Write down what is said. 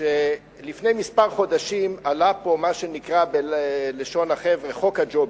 כשלפני כמה חודשים עלה פה מה שנקרא בלשון החבר'ה חוק הג'ובים.